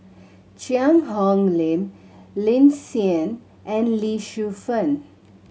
Cheang Hong Lim Lin Hsin and Lee Shu Fen